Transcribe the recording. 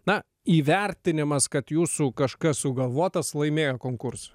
na įvertinimas kad jūsų kažkas sugalvotas laimėjo konkursą